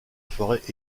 forêt